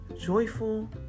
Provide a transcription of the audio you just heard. joyful